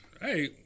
hey